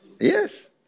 Yes